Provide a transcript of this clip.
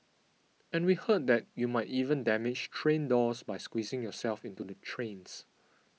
and we heard that you might even damage train doors by squeezing yourself into the trains